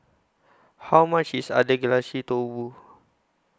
How much IS Agedashi Dofu